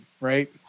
right